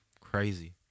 Crazy